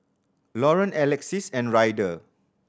Lauren Alexis and Ryder